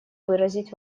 выразить